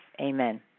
Amen